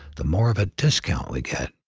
the more of a discount we get.